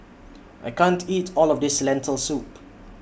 I can't eat All of This Lentil Soup